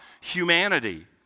humanity